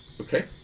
Okay